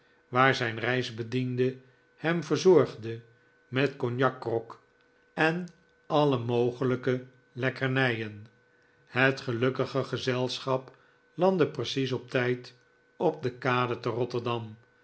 waar zijn reisbediende hem verzorgde met cognacgrog en alle mogelijke lekkernijen het gelukkige gezelschap landde precies op tijd op de kade te rotterdam